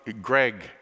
Greg